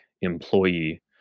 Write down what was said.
employee